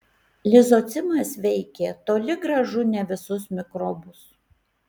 lizocimas veikė toli gražu ne visus mikrobus